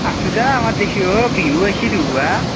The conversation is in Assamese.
আছোঁ দা আমাৰ দিখিও বিহু আহছি দুহু হাঁ